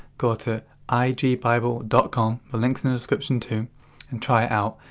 go to i mean igbible dot com, the link is in the description too and try it out.